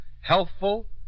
Healthful